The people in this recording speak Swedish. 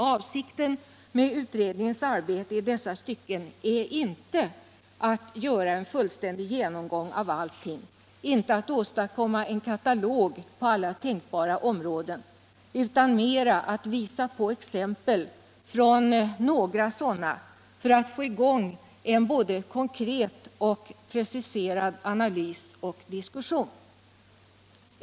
Avsikten med utredningens arbete i dessa stycken är inte att göra en fullständig genomgång av allting och inte att åstadkomma en katalog på alla tänkbara områden utan mera att visa på exempel från några sådana för att få till stånd analys och en principiell diskussion.